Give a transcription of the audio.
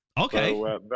Okay